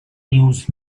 news